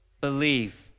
believe